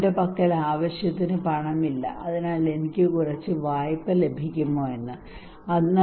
അവന്റെ പക്കൽ ആവശ്യത്തിന് പണമില്ല അതിനാൽ എനിക്ക് കുറച്ച് വായ്പ ലഭിക്കുമോ എന്ന് അദ്ദേഹം ബാങ്കിനോട് ചോദിച്ചു